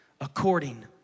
according